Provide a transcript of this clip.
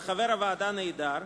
וחבר הוועדה נעדר,